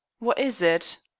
what is it?